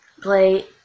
play